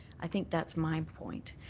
i think that's my point.